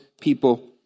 people